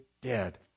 dead